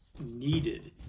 needed